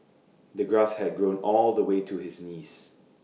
the grass had grown all the way to his knees